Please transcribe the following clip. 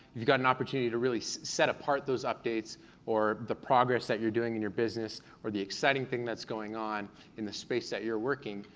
you've got an opportunity really set apart those updates or the progress that you're doing in your business or the exciting thing that's going on in the space that you're working,